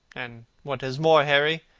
and, what is more, harry,